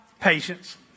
Patience